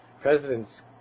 presidents